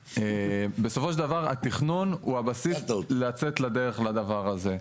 בסופו של דבר התכנון הוא הבסיס לצאת לדרך לדבר הזה.